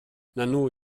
nanu